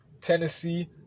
Tennessee